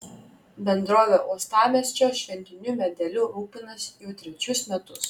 bendrovė uostamiesčio šventiniu medeliu rūpinasi jau trečius metus